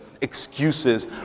excuses